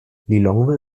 lilongwe